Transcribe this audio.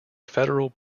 federal